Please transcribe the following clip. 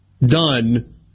done